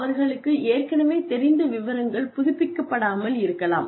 அவர்களுக்கு ஏற்கனவே தெரிந்த விவரங்கள் புதுப்பிக்கப்படாமல் இருக்கலாம்